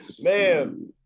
Man